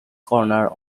corner